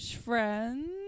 Friends